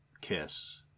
Kiss